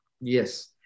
yes